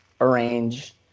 arrange